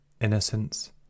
Innocence